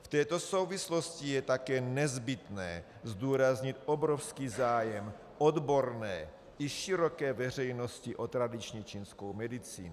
V této souvislosti je také nezbytné zdůraznit obrovský zájem odborné i široké veřejnosti o tradiční čínskou medicínu.